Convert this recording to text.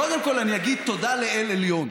קודם כול, אני אגיד תודה לאל עליון.